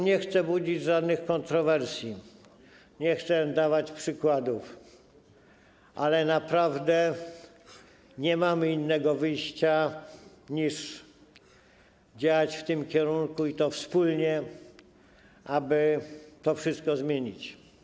Nie chcę tu budzić żadnych kontrowersji, nie chcę dawać przykładów, ale naprawdę nie mamy innego wyjścia, niż działać w tym kierunku, i to wspólnie, aby to wszystko zmienić.